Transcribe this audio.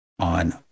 on